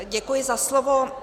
Děkuji za slovo.